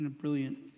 brilliant